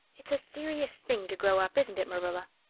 it's a serious thing to grow up, isn't it, marilla?